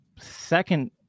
second